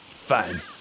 Fine